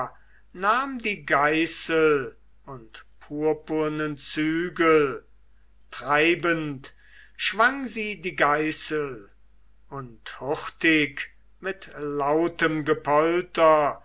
nahm die geißel und purpurnen zügel treibend schwang sie die geißel und hurtig mit lautem gepolter